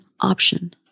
option